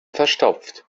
verstopft